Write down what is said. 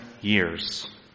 years